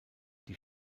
die